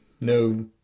no